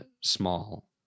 small